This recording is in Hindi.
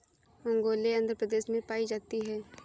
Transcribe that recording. ओंगोले आंध्र प्रदेश में पाई जाती है